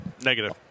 Negative